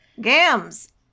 Gams